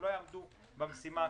הן לא יעמדו במשימה.